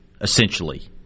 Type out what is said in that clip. essentially